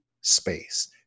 space